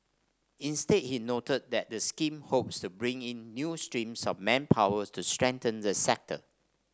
instead he noted that the scheme hopes to bring in new streams of manpower to strengthen the sector